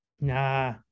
Nah